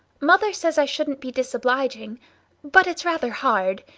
mother says i shouldn't be disobliging but it's rather hard.